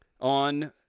on